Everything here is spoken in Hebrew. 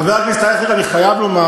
חבר הכנסת ישראל אייכלר, תודה.